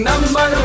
Number